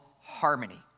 harmony